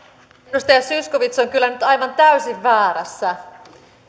edustaja zyskowicz on kyllä nyt aivan täysin väärässä